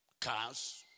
cars